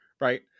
right